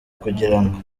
kugirango